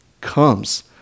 comes